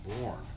born